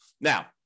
Now